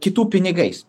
kitų pinigais